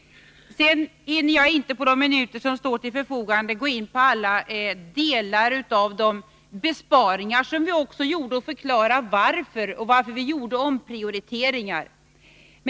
På de minuter som står till förfogande hinner jag inte gå in på alla delar av de besparingar som vi också gjorde och förklara varför vi gjorde dem, eller varför vi gjorde omprioriteringar.